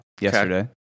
yesterday